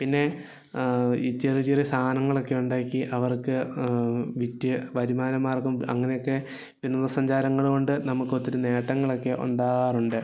പിന്നെ ഈ ചെറിയ ചെറിയ സാധനങ്ങളൊക്കെ ഉണ്ടാക്കി അവർക്ക് വിറ്റ് വരുമാന മാർഗ്ഗം അങ്ങനെ ഒക്കെ വിനോദ സഞ്ചാരങ്ങളും ഉണ്ട് നമുക്ക് ഒത്തിരി നേട്ടങ്ങൾ ഒക്കെ ഉണ്ടാകാറുണ്ട്